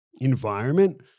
environment